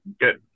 Good